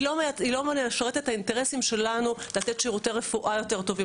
היא לא משרתת את האינטרסים שלנו לתת שירותי רפואה טובים יותר,